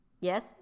Yes